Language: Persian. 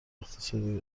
اقتصادی